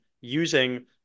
using